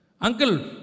Uncle